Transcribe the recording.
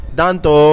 danto